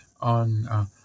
on